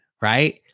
right